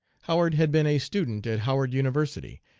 howard had been a student at howard university,